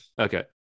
Okay